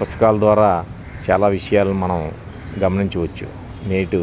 పుస్తకాల ద్వారా చాలా విషయాలు మనం గమనించవచ్చు నేడు